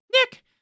Nick